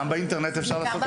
האם אפשר לעשות גם באינטרנט?